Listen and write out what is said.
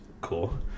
cool